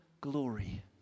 glory